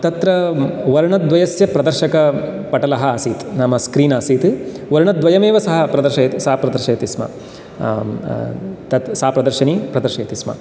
तत्र वर्णद्वयस्य प्रदर्शकपटलः आसीत् नाम स्क्रीन् आसीत् वर्णद्वयम् एव सः प्रदर्शयति सा प्रदर्शयति स्म तत् सा प्रदर्शनी प्रदर्शयति स्म